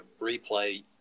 replay